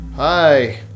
Hi